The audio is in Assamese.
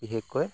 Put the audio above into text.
বিশেষকৈ